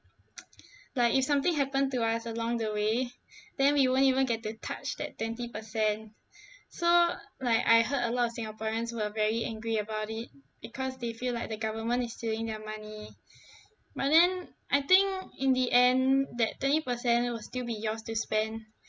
like if something happen to us along the way then we won't even get to touch that twenty percent so like I heard a lot of singaporeans who were very angry about it because they feel like the government is stealing their money but then I think in the end that twenty percent will still be yours to spend